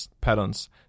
patterns